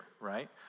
right